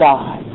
God